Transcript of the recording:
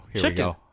chicken